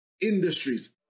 industries